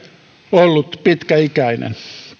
ollut pitkäikäinen